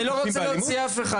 אני לא רוצה להוציא אף אחד,